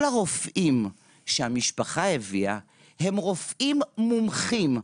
כל הרופאים שהמשפחה הביאה הם רופאים מומחים,